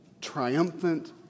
triumphant